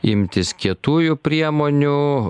imtis kietųjų priemonių